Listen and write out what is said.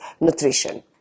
nutrition